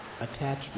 attachment